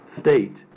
state